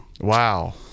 Wow